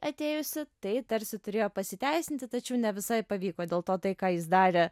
atėjusi tai tarsi turėjo pasiteisinti tačiau ne visai pavyko dėl to tai ką jis darė